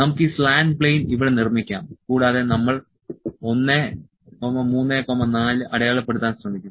നമുക്ക് ഈ slant plane ഇവിടെ നിർമ്മിക്കാം കൂടാതെ നമ്മൾ 1 3 4 അടയാളപ്പെടുത്താൻ ശ്രമിക്കും